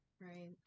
Right